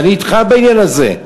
ואני אתך בעניין הזה.